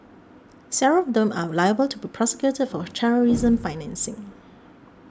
several of them are liable to be prosecuted for terrorism financing